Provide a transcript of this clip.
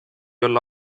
olla